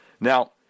Now